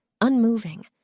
unmoving